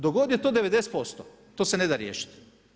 Dok god je to 90%, to se ne da riješiti.